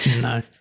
No